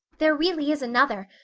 there really is another.